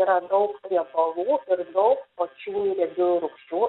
yra daug riebalų ir daug sočiųjų riebiųjų rūgščių